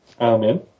Amen